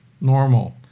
Normal